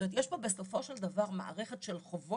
זאת אומרת, יש פה בסופו של דבר מערכת של חובות,